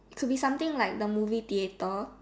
it could be something like the movie theater